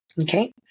Okay